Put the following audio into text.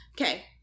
Okay